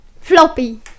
floppy